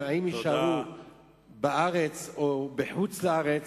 האם יישארו בארץ או בחוץ-לארץ,